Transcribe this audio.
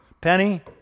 Penny